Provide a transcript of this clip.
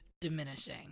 diminishing